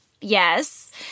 Yes